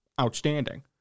Outstanding